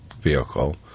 vehicle